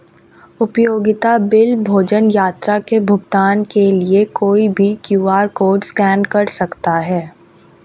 उपयोगिता बिल, भोजन, यात्रा के भुगतान के लिए कोई भी क्यू.आर कोड स्कैन कर सकता है